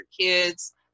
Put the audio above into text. kids